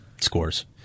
scores